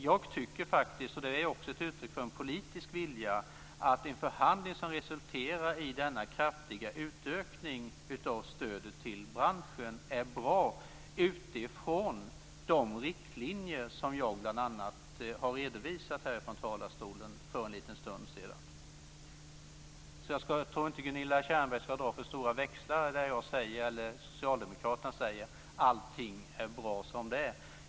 Jag tycker, vilket också är ett uttryck för en politisk vilja, att en förhandling som resulterar i denna kraftiga utökning av stödet till branschen är bra utifrån de riktlinjer som jag bl.a. redovisade från talarstolen för en stund sedan. Jag tror inte att Gunilla Tjernberg ska dra för stora växlar av det jag eller socialdemokraterna säger, så att allting är bra som det är.